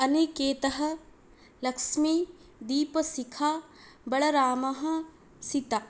अनिकेतः लक्ष्मी दीपशिखा बलरामः सीता